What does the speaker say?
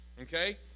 okay